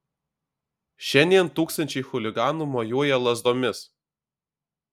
šiandien tūkstančiai chuliganų mojuoja lazdomis